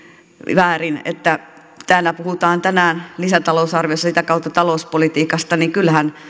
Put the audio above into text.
väärin että kun täällä puhutaan tänään lisätalousarviosta ja sitä kautta talouspolitiikasta niin kyllähän